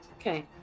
Okay